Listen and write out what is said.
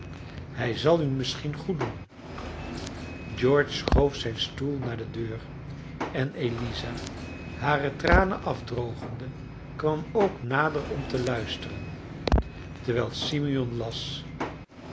hij zal u misschien goed doen george schoof zijn stoel naar de deur en eliza hare tranen afdrogende kwam ook nader om te luisteren terwijl simeon las